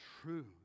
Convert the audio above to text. true